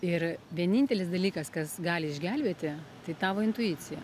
ir vienintelis dalykas kas gali išgelbėti tai tavo intuicija